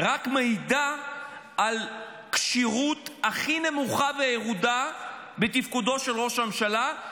-- רק מעידה על הכשירות הכי נמוכה וירודה בתפקודו של ראש הממשלה,